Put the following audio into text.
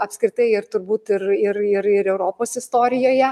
apskritai ir turbūt ir ir ir ir europos istorijoje